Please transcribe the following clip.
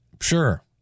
Sure